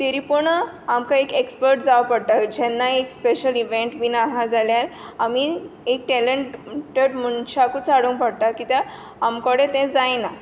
तरी पूण आमकां एक एक्सपर्ट जाय पडटा जेन्ना एक स्पेशियल इव्हेंट बी आसा जाल्यार आमी एक टॅलंटेड मनशाकूच हाडूंक पडटा कित्याक आमकोडें तें जायना